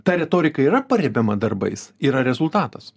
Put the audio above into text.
ta retorika yra parebiama darbais yra rezultatas